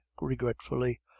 regretfully